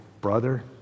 brother